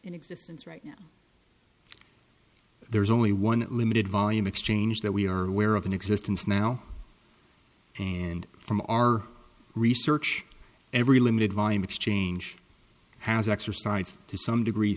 in existence right now there's only one limited volume exchange that we are aware of in existence now and from our research every limited volume exchange has exercised to some degree